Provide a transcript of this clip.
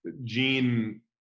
gene